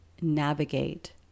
navigate